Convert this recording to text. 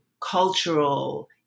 cultural